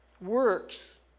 works